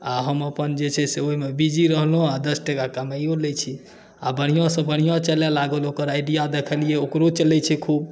आ हम अपन जे छै से ओहिमे बिजी रहलहुँ आ दस टाका कमाइओ लैत छी आ बढ़िआँसँ बढ़िआँ चलय लागल ओकर आइडिया देखलियै ओकरो चलैत छै खूब